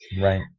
Right